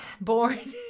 Born